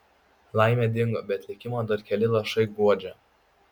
laimė dingo bet likimo dar keli lašai guodžia